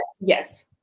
Yes